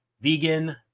vegan